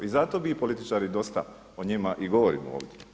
I zato mi političari dosta o njima i govorimo ovdje.